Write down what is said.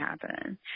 happen